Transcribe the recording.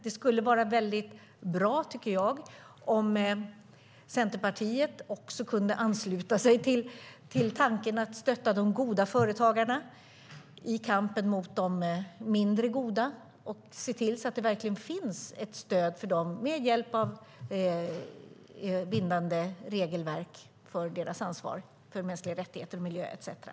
Det skulle vara väldigt bra, tycker jag, om Centerpartiet kunde ansluta sig till tanken att stötta de goda företagarna i kampen mot de mindre goda och se till att det verkligen finns ett stöd för dem med hjälp av bindande regelverk när det gäller deras ansvar för mänskliga rättigheter och miljö etcetera.